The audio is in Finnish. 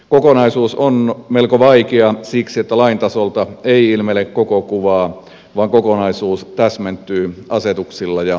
kokonaisuus on melko vaikea siksi että lain tasolta ei ilmene koko kuvaa vaan kokonaisuus täsmentyy asetuksilla ja ohjeilla